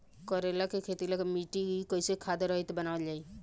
करेला के खेती ला मिट्टी कइसे खाद्य रहित बनावल जाई?